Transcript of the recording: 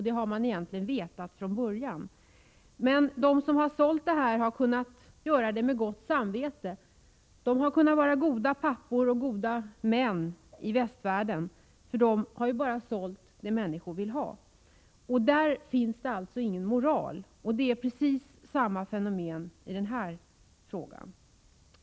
Det har man egentligen vetat från början, men de som sålt vällingen har kunnat göra det med gott samvete. De har kunnat vara goda pappor och goda män i västvärlden — de har ju bara sålt vad människor vill ha. Där finns alltså ingen moral, och det är precis samma fenomen i frågan om pornografi.